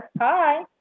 Hi